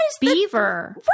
beaver